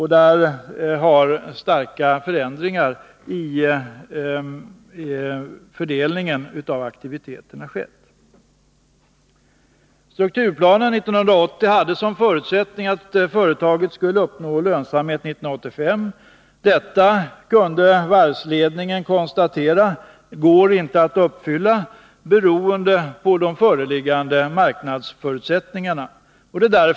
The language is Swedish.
Här har starka förändringar i fördelningen av aktiviteterna skett. Strukturplanen 1980 hade som en förutsättning att företaget skulle uppnå lönsamhet 1985. Varvsledningen har konstaterat att det, beroende på föreliggande marknadsförutsättningar, inte går att uppfylla den målsättningen.